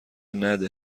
نده